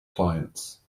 clients